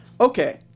Okay